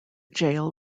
jail